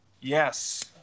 Yes